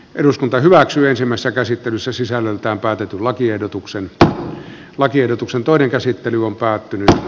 eduskunta hyväksyisimmässä käsittelyssä sisällöltään päätetyn lakiehdotuksen että lakiehdotuksen toinen käsittely on päättynyt